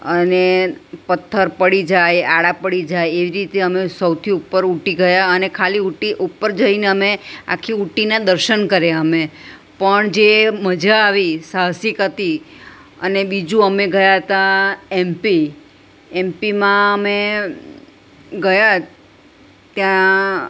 અને પથ્થર પડી જાય આડા પડી જાય એ રીતે અમે સૌથી ઉપર ઉટી ગયા અને ખાલી ઉટી ઉપર જઈને અમે આખી ઉટીના દર્શન કર્યા અમે પણ જે મજા આવી સાહસિક હતી અને બીજું અમે ગયા હતા એમપી એમપીમાં અમે ગયા ત્યાં